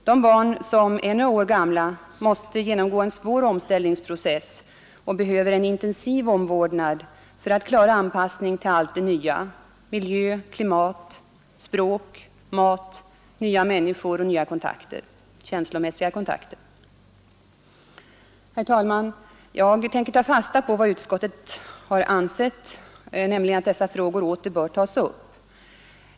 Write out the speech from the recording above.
De barn som är några år gamla måste genomgå en svår omställningsprocess och behöver en intensiv omvårdnad för att klara anpassningen till allt det nya: miljö, klimat, språk, mat, nya människor och nya kontakter — känslomässiga kontakter. Fru talman! Jag tänker ta fasta på vad utskottet har ansett, nämligen att dessa frågor åter bör tas upp.